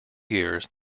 years